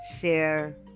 share